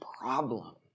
problem